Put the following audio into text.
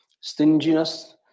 Stinginess